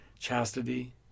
chastity